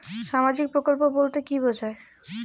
সামাজিক প্রকল্প বলতে কি বোঝায়?